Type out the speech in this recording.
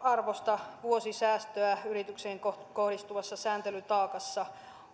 arvosta vuosisäästöä yrityksiin kohdistuvassa sääntelytaakassa